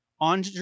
on